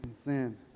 sin